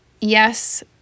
yes